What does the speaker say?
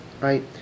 Right